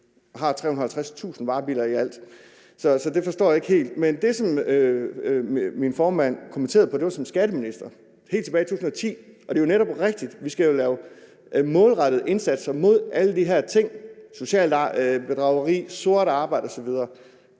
der er 350.000 varebiler i alt. Så det forstår jeg ikke helt. Det, som min formand kommenterede på, var som skatteminister helt tilbage i 2010, og det er netop rigtigt, at vi jo skal lave målrettede indsatser mod alle de her ting: socialt bedrageri, sort arbejde osv.